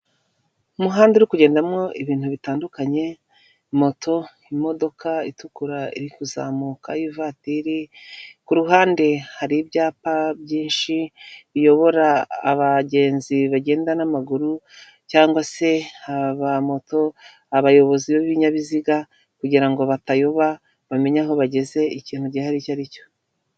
Umuhanda uri kugendamo ibintu bitandukanye; moto, imodoka itukura iri kuzamuka ivatiri k'uruhande hari ibyapa byinshi biyobora abagenzi bagenda n'amaguru cyangwa se aba moto abayobozi b'ibinyabiziga kugirango batayoba bamenye aho bageze ikintu gihaririye icyo aricyo.